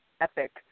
epic